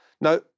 Now